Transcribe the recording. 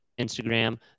Instagram